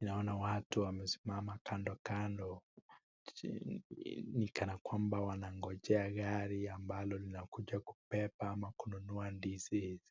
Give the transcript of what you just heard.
Naona watu wamesimama kando kando ni kana kwamba wanangojea gari ambalo linakuja kubeba ama kununua ndizi hizi.